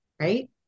right